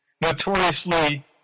Notoriously